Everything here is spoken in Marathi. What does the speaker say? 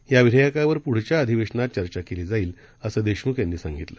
याविधेयकावरपुढच्याअधिवेशनातचर्चाकेलीजाईल असंदेशमुखयांनीसांगितलं